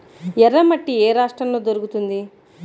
ఎర్రమట్టి ఏ రాష్ట్రంలో దొరుకుతుంది?